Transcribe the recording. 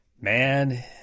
man